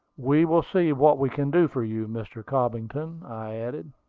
we will see what we can do for you, mr. cobbington, i added.